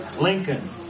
Lincoln